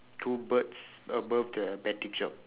two birds above the betting shop